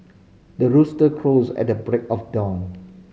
the rooster crows at the break of dawn